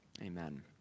Amen